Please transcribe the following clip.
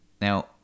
now